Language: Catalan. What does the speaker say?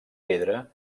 pedra